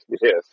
yes